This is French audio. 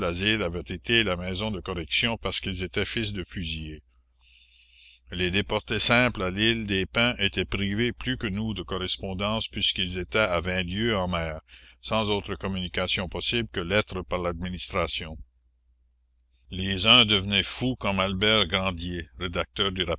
avait été la maison de correction parce qu'ils étaient fils de fusillés la commune les déportés simples à l'île des pins étaient privés plus que nous de correspondances puisqu'ils étaient à vingt lieues en mer sans autres communications possibles que lettres par l'administration les uns devenaient fous comme albert grandier rédacteur du